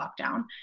lockdown